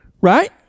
right